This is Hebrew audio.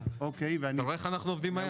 אתה רואה איך אנחנו עובדים מהר?